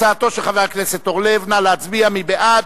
הצעתו של חבר הכנסת אורלב, נא להצביע, מי בעד?